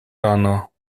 rano